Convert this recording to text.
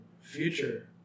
future